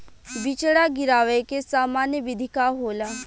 बिचड़ा गिरावे के सामान्य विधि का होला?